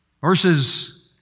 verses